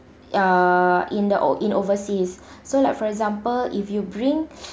uh in the in overseas so like for example if you bring